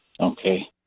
Okay